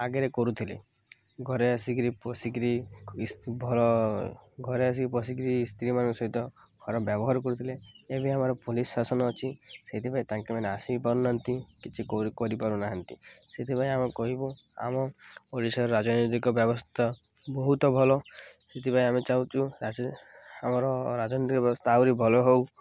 ଆଗରେ କରୁଥିଲେ ଘରେ ଆସିକିରି ପଶିକିରି ଭଲ ଘରେ ଆସିକି ପଶିକିରି ସ୍ତ୍ରୀମାନଙ୍କ ସହିତ ଖରାପ ବ୍ୟବହାର କରୁଥିଲେ ଏବେ ଆମର ପୋଲିସ୍ ଶାସନ ଅଛି ସେଥିପାଇଁ ତାଙ୍କମାନେ ଆସି ପାରୁନାହାନ୍ତି କିଛି କରିପାରୁନାହାନ୍ତି ସେଥିପାଇଁ ଆମେ କହିବୁ ଆମ ଓଡ଼ିଶାର ରାଜନୈତିକ ବ୍ୟବସ୍ଥା ବହୁତ ଭଲ ସେଥିପାଇଁ ଆମେ ଚାହୁଁଛୁ ଆମର ରାଜନୈତିକ ବ୍ୟବସ୍ଥା ଆହୁରି ଭଲ ହେଉ